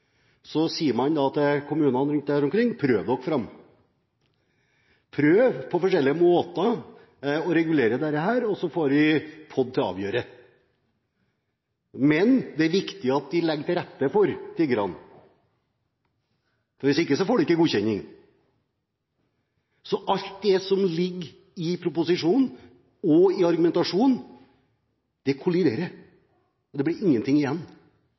så får vi POD til å avgjøre. Men det er viktig at dere legger til rette for tiggerne, for ellers får dere ikke godkjenning. Så alt det som ligger i proposisjonen og i argumentasjonen, kolliderer, og det blir ingenting igjen,